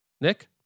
Nick